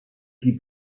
qui